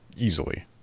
easily